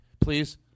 Please